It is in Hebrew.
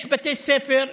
יש בתי ספר בלוד,